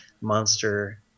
monster